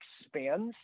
expands